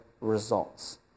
results